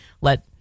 let